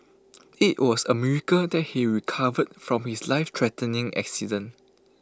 IT was A miracle that he recovered from his lifethreatening accident